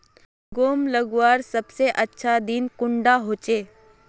गहुम लगवार सबसे अच्छा दिन कुंडा होचे?